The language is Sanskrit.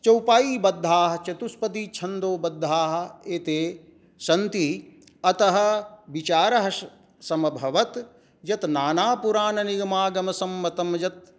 चौपायीबद्धाः चतुष्पदीछन्दोबद्धाः एते सन्ति अतः विचारः श् समभवत् यत् नानापुराणनिगमागमसम्मतं यद्